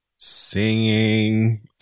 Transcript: singing